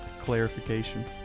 clarification